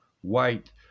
white